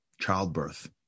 Childbirth